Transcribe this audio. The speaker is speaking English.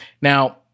Now